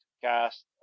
cast